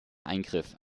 eingriff